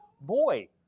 boy